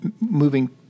moving